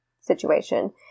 situation